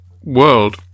world